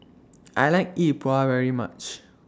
I like Yi Bua very much